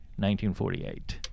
1948